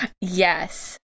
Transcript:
Yes